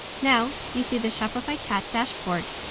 now, you see the shopify chat dashboard.